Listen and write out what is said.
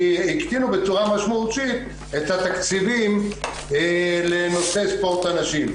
כי הקטינו בצורה משמעותית את התקציבים לנושא ספורט הנשים.